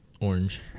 orange